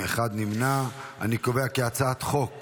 הצעת חוק